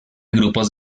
grupos